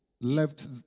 left